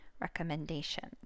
recommendations